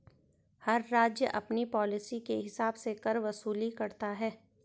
हर राज्य अपनी पॉलिसी के हिसाब से कर वसूली करता है